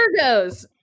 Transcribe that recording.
virgos